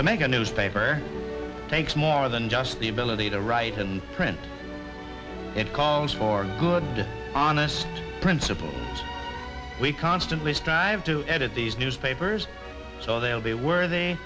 to make a newspaper takes more than just the ability to write and print it calls for good honest principles we constantly strive to edit these newspapers so they will be worthy